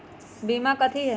बीमा कथी है?